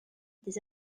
des